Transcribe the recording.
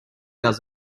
does